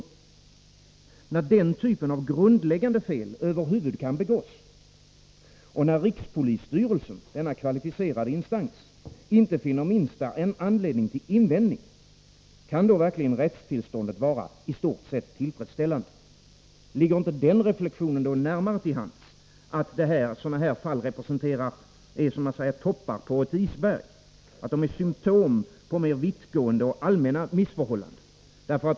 När den typen av grundläggande fel över huvud kan begås och när rikspolisstyrelsen — denna kvalificerade instans — inte finner minsta anledning till invändning, kan då verkligen rättstillståndet vara i stort sett tillfredsställande? Ligger inte den reflexionen då närmare till hands, att sådana fall är som man säger toppar på ett isberg, att de är symtom på mera vittgående, allmänna missförhållanden?